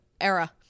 era